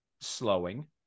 slowing